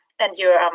and you're um